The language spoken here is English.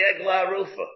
Eglarufa